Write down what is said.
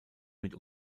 mit